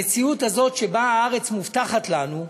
המציאות הזאת שבה הארץ מובטחת לנו,